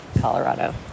Colorado